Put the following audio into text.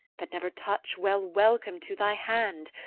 that never touch well welcome to thy hand,